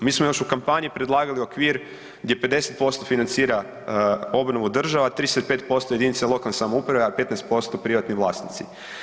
Mi smo još u kampanji predlagali okvir gdje 50% financira obnovu država, 35% jedinice lokalne samouprave, a 15% privatni vlasnici.